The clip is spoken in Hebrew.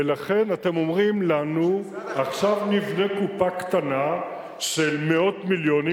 ולכן אתם אומרים לנו: עכשיו נבנה קופה קטנה של מאות מיליונים,